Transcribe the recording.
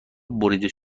بریده